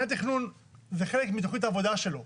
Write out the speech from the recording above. זה חלק מתוכנית העבודה של מנהל התכנון,